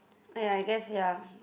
oh ya I guess ya